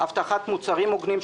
הבטחת מוצרים הוגנים,